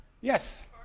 Yes